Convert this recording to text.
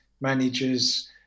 managers